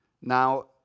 Now